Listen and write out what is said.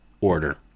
order